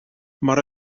mar